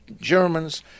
Germans